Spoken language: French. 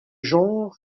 genre